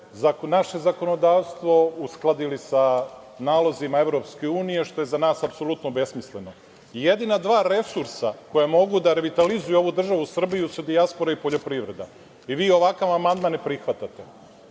naše zakonodavstvo uskladili sa nalozima EU, što je za nas apsolutno besmisleno. Jedina dva resursa koja mogu da revitalizuju ovo državu Srbiju su dijaspora i poljoprivreda, a vi ovakav amandman ne prihvatate?